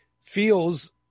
feels